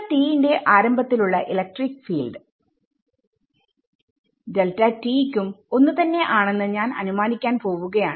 ന്റെ ആരംഭത്തിലുള്ള electric field നും ഒന്ന് തന്നെ ആണെന്ന് ഞാൻ അനുമാനിക്കാൻ പോവുകയാണ്